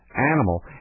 animal